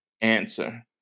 answer